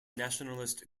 nationalist